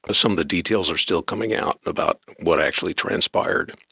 ah some of the details are still coming out about what actually transpired.